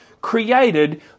created